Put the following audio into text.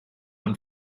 own